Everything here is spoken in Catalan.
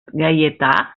gaietà